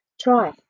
Try